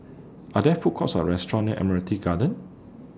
Are There Food Courts Or Restaurant near Admiralty Garden